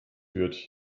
wird